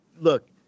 Look